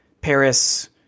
Paris –